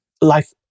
life